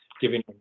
giving